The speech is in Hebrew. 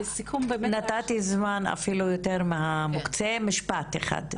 נתתי זמן אפילו יותר מהמוקצה, אז משפט אחד.